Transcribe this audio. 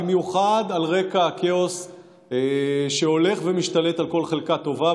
במיוחד על רקע הכאוס שהולך ומשתלט על כל חלקה טובה.